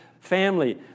Family